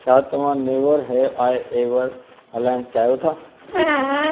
छा तव्हां never have I ever हलाइणु चाहियो था